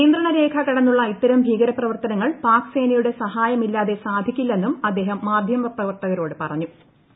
നിയന്ത്രണരേഖ കടന്നുള്ള ഇത്തരം ഭീകരപ്രവർത്തനങ്ങൾ പാക് സേനയുടെ സഹായമില്ലാതെ സാധിക്കില്ലെന്നും അദ്ദേഹം മാധ്യമപ്രവർത്തകരോട് സംസാരിക്കവേ അറിയിച്ചു